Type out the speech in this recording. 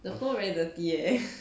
the floor very dirty leh